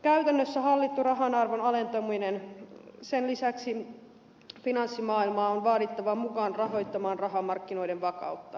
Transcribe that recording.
käytännössä hallittu rahanarvon alentaminen sen lisäksi finanssimaailmaa on vaadittava mukaan rahoittamaan rahamarkkinoiden vakautta